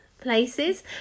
places